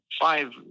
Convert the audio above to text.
five